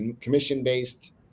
commission-based